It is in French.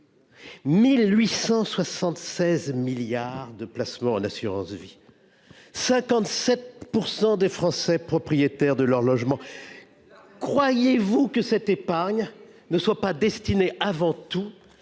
1 876 milliards d'euros de placements en assurance vie et 57 % d'entre eux sont propriétaires de leur logement. Croyez-vous que cette épargne ne soit pas destinée, avant tout,